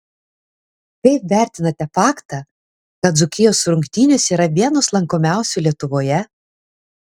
kaip vertinate faktą kad dzūkijos rungtynės yra vienas lankomiausių lietuvoje